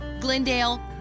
Glendale